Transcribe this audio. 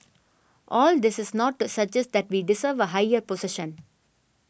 all this is not to suggest that we deserve a higher position